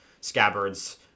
scabbards